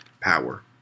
power